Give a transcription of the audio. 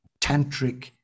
tantric